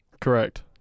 Correct